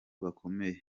bakomeye